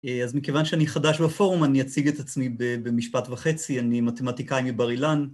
אז מכיוון שאני חדש בפורום, אני אציג את עצמי במשפט וחצי, אני מתמטיקאי מבר-אילן.